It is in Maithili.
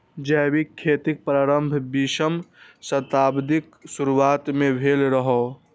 जैविक खेतीक प्रारंभ बीसम शताब्दीक शुरुआत मे भेल रहै